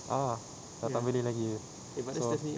ah tak nak beli lagi so